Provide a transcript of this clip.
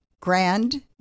grand